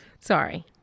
Sorry